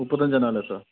മുപ്പത്തഞ്ചണ്ണം അല്ലേ സാർ